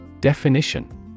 Definition